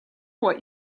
what